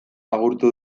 agurtu